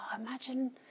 imagine